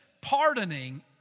pardoning